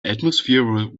atmosphere